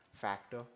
factor